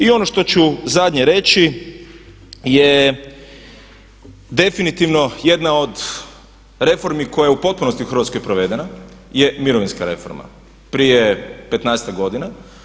I ono što ću zadnje reći je definitivno jedna od reformi koja je u potpunosti u Hrvatskoj provedena je mirovinska reforma prije petnaestak godina.